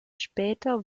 später